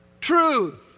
Truth